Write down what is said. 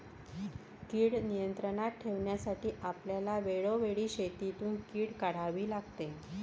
कीड नियंत्रणात ठेवण्यासाठी आपल्याला वेळोवेळी शेतातून कीड काढावी लागते